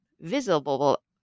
visible